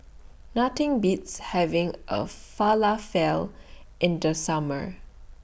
Nothing Beats having A Falafel in The Summer